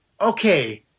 okay